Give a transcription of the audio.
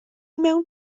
mewn